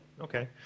Okay